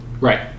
Right